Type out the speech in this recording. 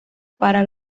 para